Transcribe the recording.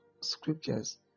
scriptures